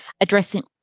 addressing